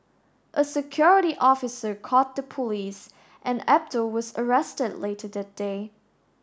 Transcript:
a security officer called the police and Abdul was arrested later that day